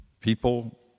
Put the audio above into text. people